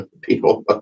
people